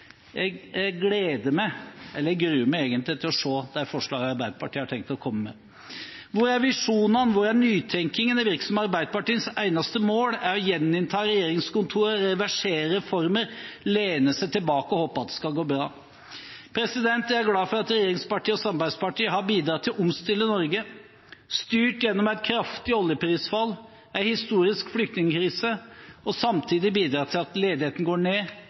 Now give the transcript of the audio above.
jeg gruer meg, egentlig – til å se de forslagene Arbeiderpartiet har tenkt å komme med. Hvor er visjonene? Hvor er nytenkingen? Det virker som om Arbeiderpartiets eneste mål er å gjeninnta regjeringskontorene og reversere reformer – lene seg tilbake og håpe at det skal gå bra. Jeg er glad for at regjeringspartiene og samarbeidspartiene har bidratt til å omstille Norge, styrt gjennom et kraftig oljeprisfall, en historisk flyktningkrise – og samtidig bidratt til at ledigheten går ned,